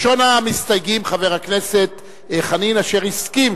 ראשון המסתייגים הוא חבר הכנסת חנין, אשר הסכים